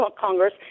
Congress